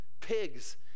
pigs